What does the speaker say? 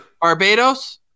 Barbados